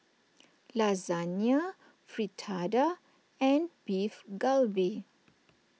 Lasagne Fritada and Beef Galbi